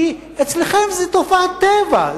כי אצלכם זו תופעת טבע.